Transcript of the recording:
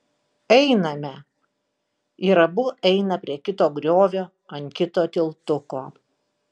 einame ir abu eina prie kito griovio ant kito tiltuko